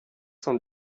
cent